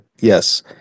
yes